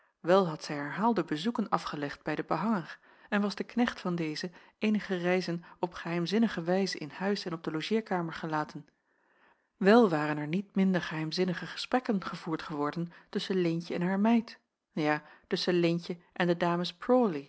wel had zij herhaalde bezoeken afgelegd bij den behanger en was de knecht van dezen eenige reizen op geheimzinnige wijze in huis en op de logeerkamer gelaten wel waren er niet minder geheimzinnige gesprekken gevoerd geworden tusschen leentje en haar meid ja tusschen leentje en de dames